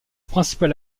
principal